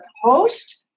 host